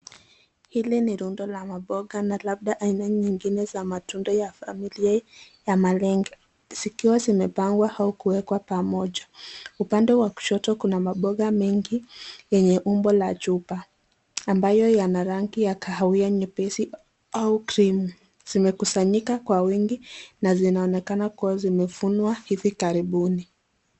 Hili ni rundo la maboga na labda aina nyingine za matunda ya familia ya malenge zikiwa zimepangwa au kuwekwa pamoja, upande wa kushoto kuna maboga mengi yenye umbo la chupa ambayo yana rangi ya kahawia nyepesi au krimu, zimekusanyika kwa wingi na zinaonekana kuwa zimevunwa hivi karibuni.